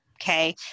Okay